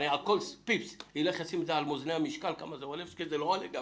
האם אני אבדוק עכשיו על המשקל כמה עולה כל